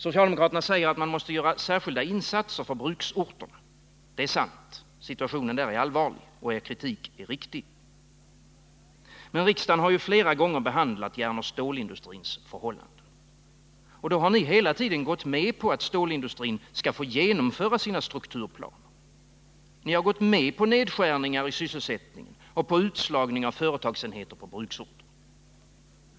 Socialdemokraterna säger att man måste göra särskilda insatser för bruksorterna. Det är sant, situationen där är allvarlig. Er kritik är riktig. Men riksdagen har ju flera gånger behandlat järnoch stålindustrins förhållanden. Då har ni hela tiden gått med på att stålindustrin skall få genomföra sina strukturplaner. Ni har gått med på nedskärningar i sysselsättningen och på utslagning av företagsenheter på bruksorterna.